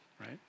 right